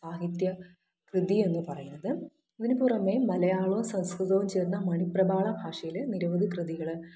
സാഹിത്യ കൃതി എന്ന് പറയുന്നത് അതിനു പുറമേ മലയാളവും സംസ്കൃതവും ചേർന്ന മണിപ്രബാള ഭാഷയിൽ നിരവധി കൃതികൾ